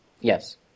Yes